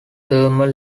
thermal